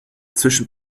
zwischen